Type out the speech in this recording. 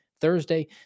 thursday